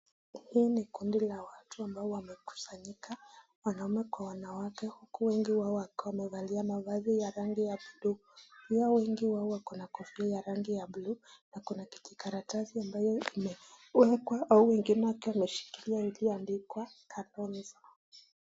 Hili ni kundi la watu amabo wammekusanyka, wanaume kwa wanawake huku wengi wakiwa wamevalia mavazi ya rangi ya buluu, pia wengi wao wako na kofia ya rangi ya buluu na kuna kikaratasi ambayo imekwa hao wenginee wakiwa wameshikilia ilio andikwa Kalonzo.